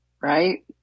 right